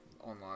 online